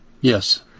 Yes